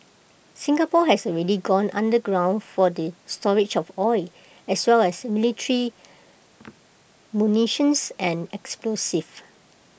Singapore has already gone underground for the storage of oil as well as military munitions and explosives